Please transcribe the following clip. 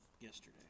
yesterday